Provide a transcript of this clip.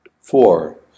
Four